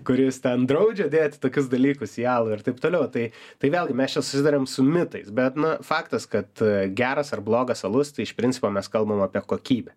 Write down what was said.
kuris ten draudžia dėti tokius dalykus į alų ir taip toliau tai tai vėlgi mes čia susiduriam su mitais bet nu faktas kad geras ar blogas alus tai iš principo mes kalbam apie kokybę